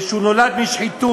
ושהוא נולד משחיתות.